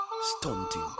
Stunting